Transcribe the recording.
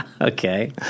Okay